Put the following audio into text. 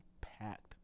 packed